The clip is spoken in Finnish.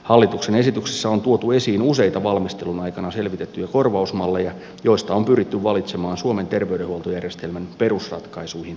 hallituksen esityksessä on tuotu esiin useita valmistelun aikana selvitettyjä korvausmalleja joista on pyritty valitsemaan suomen terveydenhuoltojärjestelmän perusratkaisuihin sopivin